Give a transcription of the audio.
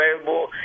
available